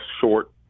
short